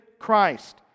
Christ